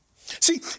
See